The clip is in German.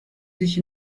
sich